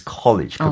college